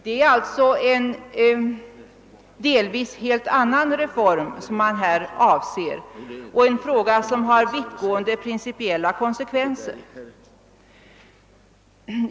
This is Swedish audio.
Det är alltså en delvis helt annan reform som man här avser och en fråga som har vittgående principiella konsekvenser.